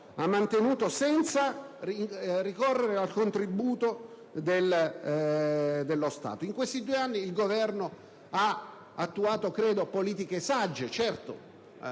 ha tenuto senza ricorrere al contributo dello Stato. In questi due anni il Governo ha attuato, credo, politiche sagge. Certo,